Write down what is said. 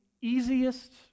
easiest